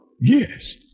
Yes